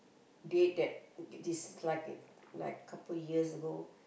date that disliking like couple years ago